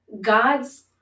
God's